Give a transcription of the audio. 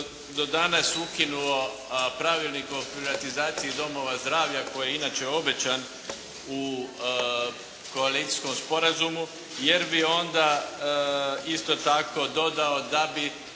do danas ukinuo Pravilnik o privatizaciji domova zdravlja koji je inače obećan u koalicijskom sporazumu jer bi onda isto tako dodao da bi